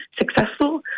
successful